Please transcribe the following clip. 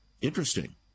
Interesting